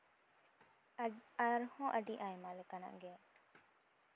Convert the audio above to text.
ᱟᱨᱦᱚᱸ ᱟᱹᱰᱤ ᱟᱭᱢᱟ ᱞᱮᱠᱟᱱᱟᱜ ᱜᱮ